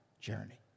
journey